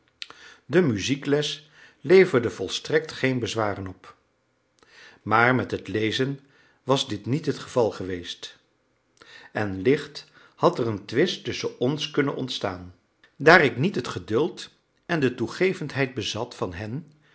de muziekles leverde volstrekt geen bezwaren op maar met het lezen was dit niet het geval geweest en licht had er een twist tusschen ons kunnen ontstaan daar ik niet het geduld en de toegevendheid bezat van hen